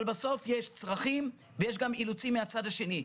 אבל בסוף יש צרכים ויש גם אילוצים מהצד השני.